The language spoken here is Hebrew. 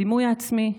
בדימוי העצמי,